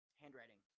handwriting